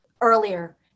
earlier